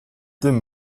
tym